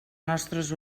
nostres